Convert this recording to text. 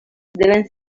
deben